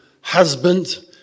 husband